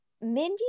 Mindy